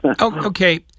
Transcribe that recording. Okay